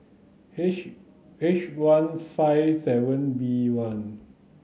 H H one five seven B one